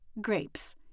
Grapes